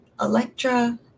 Electra